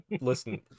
listen